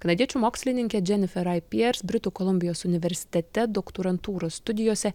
kanadiečių mokslininkė dženifer rai piers britų kolumbijos universitete doktorantūros studijose